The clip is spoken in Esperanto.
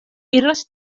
iras